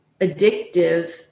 addictive